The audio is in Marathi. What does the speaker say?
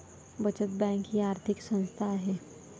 बचत बँक ही आर्थिक संस्था आहे